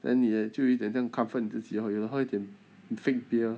then 你也就一点像 comfort 你自己 you know 喝一点 fake beer